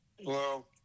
Hello